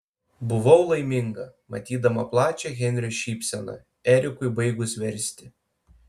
buvau laiminga matydama plačią henrio šypseną erikui baigus versti